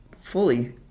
fully